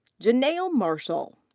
jenail marshall.